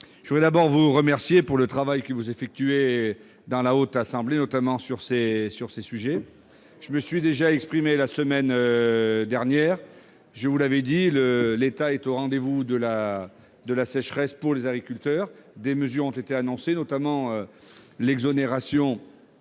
je voudrais tout d'abord vous remercier pour le travail que vous effectuez au sein de la Haute Assemblée sur ces sujets. Je me suis déjà exprimé la semaine dernière. Comme je l'avais dit, l'État est au rendez-vous de la sécheresse que subissent les agriculteurs. Des mesures ont été annoncées, notamment l'exonération